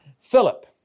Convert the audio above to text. Philip